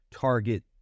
target